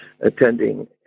attending